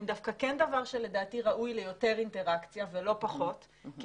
הם דווקא כן דבר שלדעתי ראוי ליותר אינטראקציה ולא פחות כי